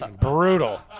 Brutal